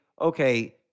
okay